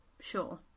Sure